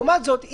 לעומת זאת,